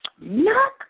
Knock